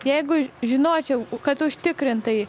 jeigu žinočiau kad užtikrintai